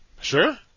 Sure